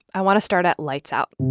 i want to start at lights out.